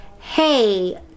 hey